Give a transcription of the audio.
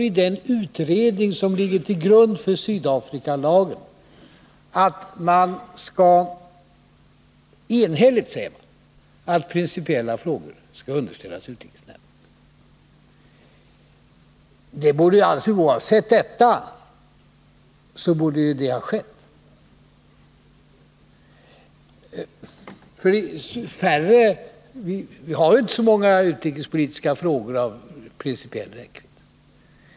I den utredning som ligger till grund för Sydafrikalagen sägs enhälligt att principiella frågor skall underställas utrikesnämnden. Oavsett detta borde så ha skett i det här fallet. Vi har ju inte så många utrikespolitiska frågor av principiell räckvidd.